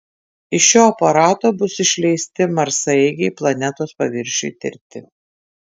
iš šio aparato bus išleisti marsaeigiai planetos paviršiui tirti